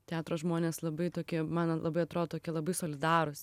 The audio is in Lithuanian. teatro žmonės labai tokie man labai atrodo tokie labai solidarūs